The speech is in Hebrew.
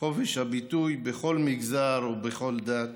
חופש הביטוי בכל מגזר ובכל דת,